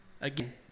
Again